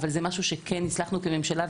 אבל זה משהו שכן הצלחנו כממשלה.